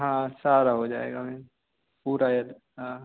हाँ सारा हो जाएगा मैम पूरा ये हाँ